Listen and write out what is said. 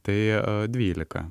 tai dvylika